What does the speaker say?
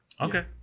Okay